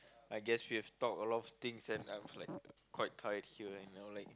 I guess we have talk a lot of things and I was like quite tired here and you know like